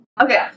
Okay